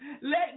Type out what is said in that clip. Let